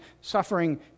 suffering